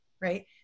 right